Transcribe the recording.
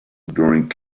during